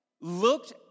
looked